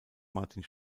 martin